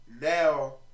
Now